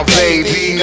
baby